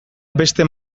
beste